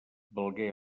valgué